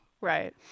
Right